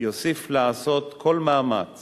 יוסיף לעשות כל מאמץ